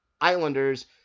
Islanders